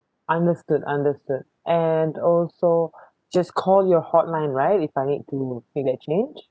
understood understood and also just call your hotline right if I need to make that change